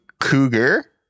Cougar